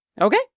Okay